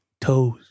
toes